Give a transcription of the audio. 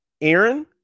Aaron